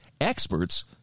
experts